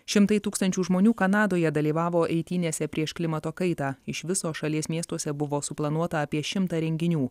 šimtai tūkstančių žmonių kanadoje dalyvavo eitynėse prieš klimato kaitą iš viso šalies miestuose buvo suplanuota apie šimtą renginių